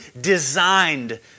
designed